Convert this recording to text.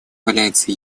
является